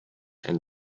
and